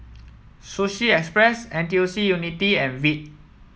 Sushi Express N T U C Unity and Veet